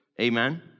amen